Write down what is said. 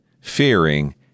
fearing